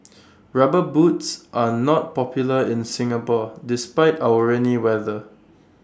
rubber boots are not popular in Singapore despite our rainy weather